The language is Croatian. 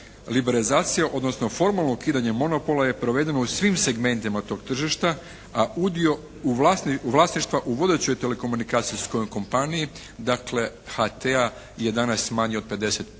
Liberalizacija odnosno formalno ukidanje monopola je provedeno u svim segmentima tog tržišta a udio vlasništva u budućoj telekomunikacijskoj kompaniji dakle HT-a je danas manji od 50%